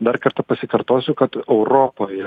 dar kartą pasikartosiu kad europoje